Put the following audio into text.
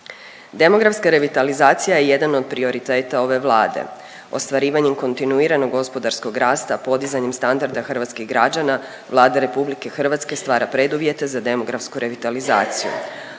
Demografska revitalizacija je jedan od prioriteta ove Vlade. Ostvarivanjem kontinuiranog gospodarskog rasta podizanjem standarda hrvatskih građana Vlada Republike Hrvatske stvara preduvjete za demografsku revitalizaciju.